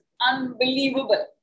unbelievable